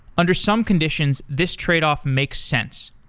under some conditions, this tradeoff makes sense.